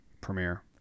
premiere